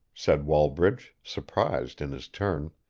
said wallbridge, surprised in his turn.